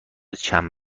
چند